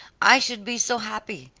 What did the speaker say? i should be so happy.